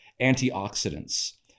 antioxidants